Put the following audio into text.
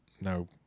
no